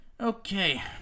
Okay